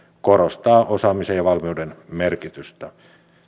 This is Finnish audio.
korostaa osaamisen ja valmiuden merkitystä